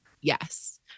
Yes